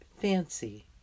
Fancy